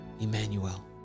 Emmanuel